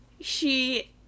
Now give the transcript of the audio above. she-